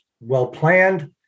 well-planned